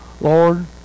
Lord